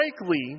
likely